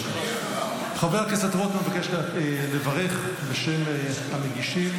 חבר הכנסת רוט מבקש לברך בשם המגישים,